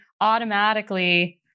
automatically